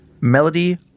Melody